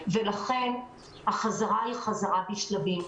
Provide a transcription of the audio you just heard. החזרה היא חזרה בשלבים.